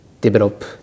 develop